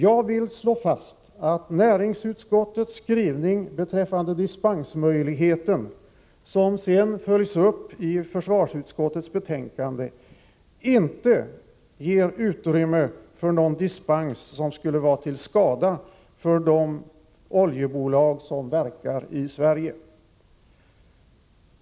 Jag vill slå fast att näringsutskottets skrivning beträffande dispensmöjligheten, som sedan följs upp i försvarsutskottets betänkande, inte ger utrymme för någon dispens som skulle vara till skada för de oljebolag som verkar i Sverige.